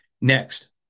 Next